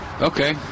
Okay